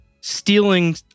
Stealing